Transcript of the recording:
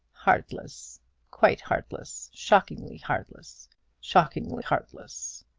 heartless quite heartless shockingly heartless shockingly heartless!